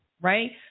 right